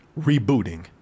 rebooting